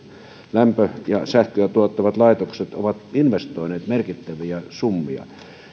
lämpöä ja sähköä tuottavat laitokset ovat investoineet merkittäviä summia